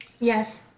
Yes